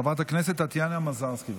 חברת הכנסת טטיאנה מזרסקי,